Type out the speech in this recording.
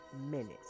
minutes